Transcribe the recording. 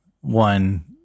one